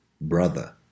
Brother